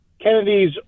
kennedy's